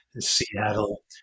Seattle